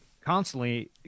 constantly